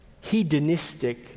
hedonistic